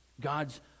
God's